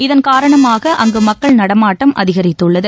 இதன் காரணமாக அங்கு மக்கள் நடமாட்டம் அதிகரித்துள்ளது